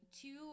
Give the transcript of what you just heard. Two